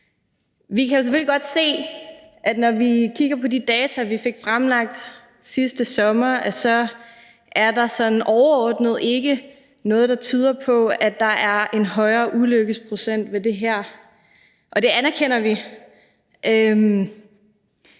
Vi kan selvfølgelig godt se, når vi kigger på de data, vi fik fremlagt sidste sommer, at der overordnet ikke er noget, der tyder på, at der er en højere ulykkesprocent ved det her. Det anerkender vi,